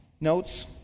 notes